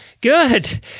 Good